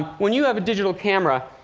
when you have a digital camera,